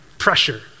pressure